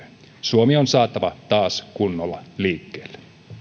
suomi on saatava taas kunnolla liikkeelle